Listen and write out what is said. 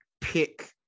pick